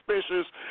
suspicious